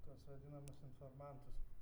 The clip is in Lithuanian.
tuos vadinamus informantus